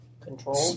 Control